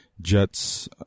jets